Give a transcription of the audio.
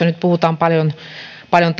nyt puhutaan paljon paljon